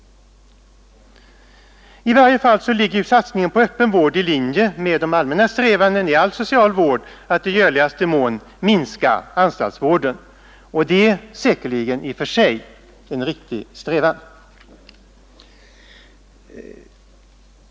Under alla förhållanden ligger satsningen på öppen vård i linje med de allmänna strävandena i all social vård att i görligaste mån minska anstaltsvården, och det är säkerligen i och för sig en riktig strävan.